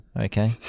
okay